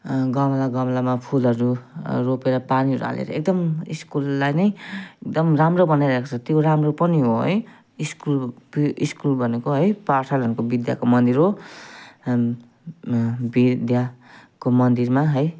गमला गमलामा फुलहरू रोपेर पानीहरू हालेर एकदम स्कुललाई नै एकदम राम्रो बनाइरहेको छ त्यो राम्रो पनि हो है स्कुल स्कुल भनेको है पाठशाला भनेको विद्याको मन्दिर हो विद्या को मन्दिरमा है